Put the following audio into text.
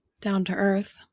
down-to-earth